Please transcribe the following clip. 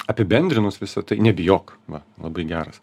apibendrinus visą tai nebijok va labai geras